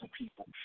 people